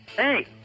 Hey